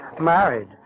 Married